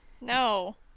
No